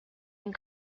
and